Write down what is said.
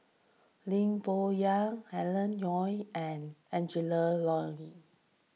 Lee Boon Yang Alan Oei and Angela Liong